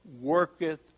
worketh